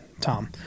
tom